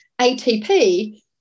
ATP